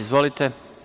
Izvolite.